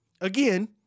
Again